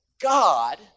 God